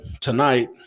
tonight